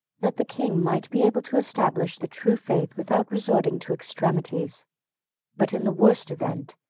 that the king might be able to establish the true faith without resorting to extremities but, in the worst event,